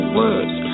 words